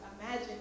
Imagine